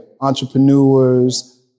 entrepreneurs